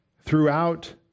throughout